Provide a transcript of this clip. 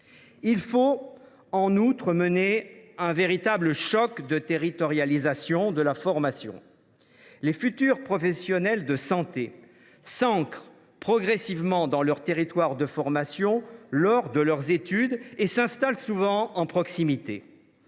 Il faut en outre mener un véritable choc de territorialisation de la formation. Les futurs professionnels de santé s’ancrent progressivement dans leur territoire de formation lors de leurs études et s’installent souvent à proximité.